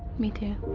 me too.